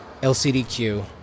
LCDQ